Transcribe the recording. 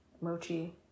mochi